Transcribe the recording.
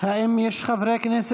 עאידה תומא סלימאן,